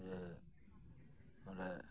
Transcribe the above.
ᱡᱮ ᱱᱚᱰᱮ